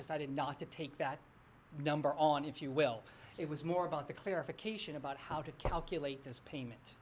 decided not to take that number on if you will it was more about the clarification about how to calculate this payment